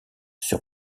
sur